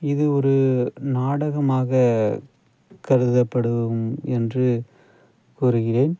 இது ஒரு நாடகமாக கருதப்படும் என்று கூறுகிறேன்